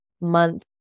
month